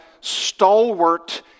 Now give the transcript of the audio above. stalwart